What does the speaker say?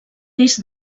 des